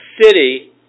city